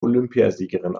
olympiasiegerin